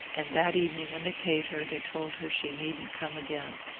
and that evening when they paid her they told her she needn't come again.